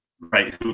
Right